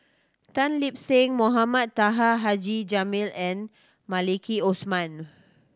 Tan Lip Seng Mohamed Taha Haji Jamil and Maliki Osman